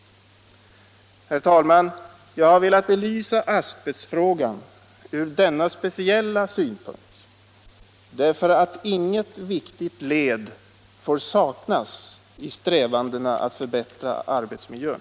Herr talman! Jag har velat belysa asbestfrågan från denna speciella synpunkt eftersom inget viktigt led får saknas i strävandena att förbättra arbetsmiljön.